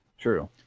true